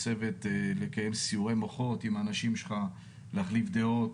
לקיים סיעורי מוחות עם האנשים שלך, להחליף דעות.